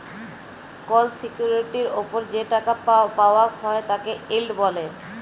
call সিকিউরিটির ওপর যে টাকা পাওয়াক হ্যয় তাকে ইল্ড ব্যলে